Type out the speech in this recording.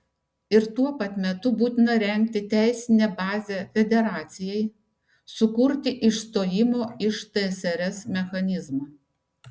ir tuo pat metu būtina rengti teisinę bazę federacijai sukurti išstojimo iš tsrs mechanizmą